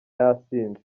yasinze